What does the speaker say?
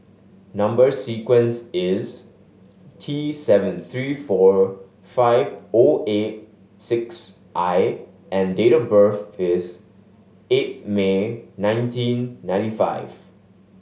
number sequence is T seven three four five O eight six I and date of birth is eighth May nineteen ninety five